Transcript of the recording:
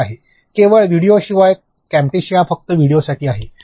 ठीक आहे केवळ व्हिडिओंशिवाय कॅमटेशीया फक्त व्हिडिओंसाठी आहे